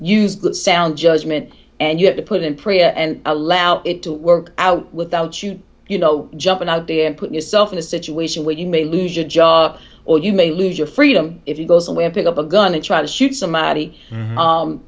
that sound judgment and you have to put in prayer and allow it to work out without you you know jumping out there and put yourself in a situation where you may lose your job or you may lose your freedom if you go somewhere pick up a gun and try to shoot somebody